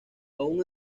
aun